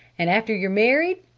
and after you're married?